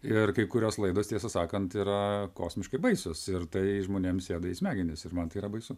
ir kai kurios laidos tiesą sakant yra kosmiškai baisios ir tai žmonėms sėda į smegenis ir man yra baisu